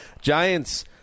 Giants –